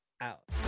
out